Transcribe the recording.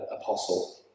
apostle